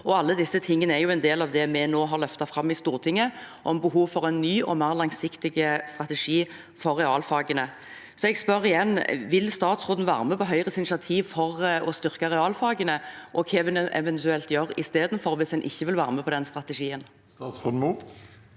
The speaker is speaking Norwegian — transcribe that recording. alt dette er en del av det vi har løftet fram i Stortinget om behov for en ny og mer langsiktig strategi for realfagene. Så jeg spør igjen: Vil statsråden være med på Høyres initiativ for å styrke realfagene, og hva vil han eventuelt gjøre istedenfor, hvis han ikke vil være med på den strategien? Statsråd Ola